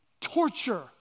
torture